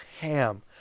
ham